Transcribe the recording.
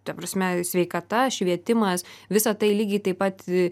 ta prasme sveikata švietimas visa tai lygiai taip pat